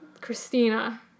Christina